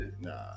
Nah